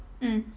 mm